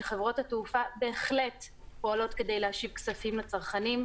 שחברות התעופה בהחלט פועלות כדי להשיב כספים לצרכנים.